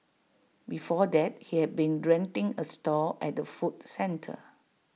before that he had been renting A stall at the food centre